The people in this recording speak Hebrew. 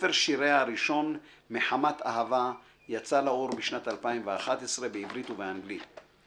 ספר שיריה הראשון "מחמת אהבה" יצא לאור בשנת 2011 בעברית ובאנגלית.